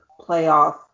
playoff